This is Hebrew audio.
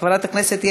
חבר הכנסת אמיר אוחנה,